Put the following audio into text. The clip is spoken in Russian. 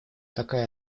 такая